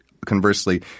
conversely